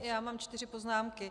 Já mám čtyři poznámky.